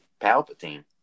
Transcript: Palpatine